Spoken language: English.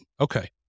Okay